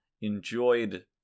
enjoyed